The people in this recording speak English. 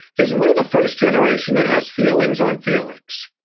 is we're the first generation that has feelings on feelings.